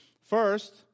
First